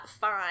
fine